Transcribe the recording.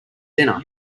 dinner